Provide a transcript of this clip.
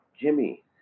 Jimmy